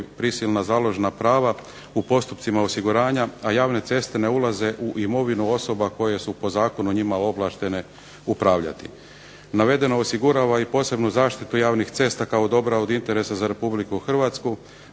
prisilna založna prava u postupcima osiguranja, a javne ceste ne ulazu u imovinu osoba koje su po zakonu njima ovlaštene upravljati. Navedeno osigurava i posebnu zaštitu javnih cesta kao dobra od interesa za Republiku Hrvatsku